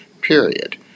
period